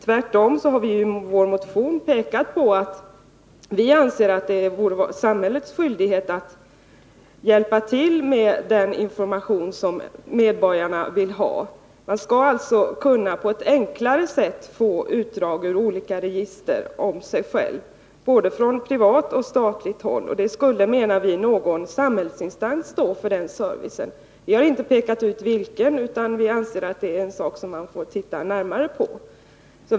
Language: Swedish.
Tvärtom har vi i vår motion framhållit att det är samhällets skyldighet att hjälpa till med den information som medborgarna vill ha. Man bör alltså på ett enklare sätt kunna få utdrag om sig själv ur olika register, både från privat och statligt håll. Enligt vår åsikt skulle någon samhällsinstans svara för den servicen. Vi har inte pekat ut vilken instans det bör vara, eftersom vi anser att det är en sak som man får se närmare på.